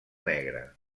negra